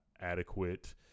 adequate